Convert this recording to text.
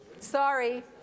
Sorry